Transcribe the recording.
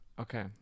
Okay